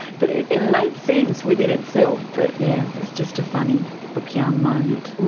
but it it made sense within itself but yeah, it was just a funny lukian moment.